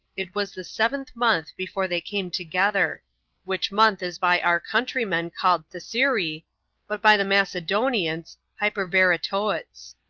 it was the seventh month before they came together which month is by our countrymen called thisri, but by the macedonians hyperberetoets.